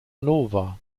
nova